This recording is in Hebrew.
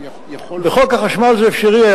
בחוק החשמל זה היה אפשרי,